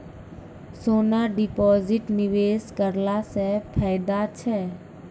सोना deposit निवेश करला से फैदा छै?